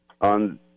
On